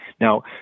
Now